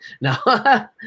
no